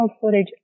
footage